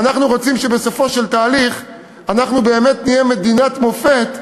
ואנחנו רוצים שבסופו של התהליך אנחנו באמת נהיה מדינת מופת,